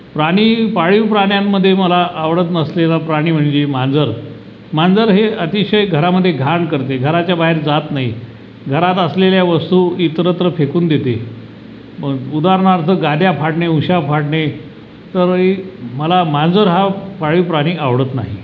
प्राणी पाळीव प्राण्यांमध्ये मला आवडत नसलेला प्राणी म्हणजे मांजर मांजर हे अतिशय घरामधे घाण करते घराच्या बाहेर जात नाही घरात असलेल्या वस्तू इतरत्र फेकून देते मग उदाहरणार्थ गाद्या फाडणे उशा फाडणे तर इ मला मांजर हा पाळीव प्राणी आवडत नाही